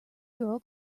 girl